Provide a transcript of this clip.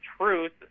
truth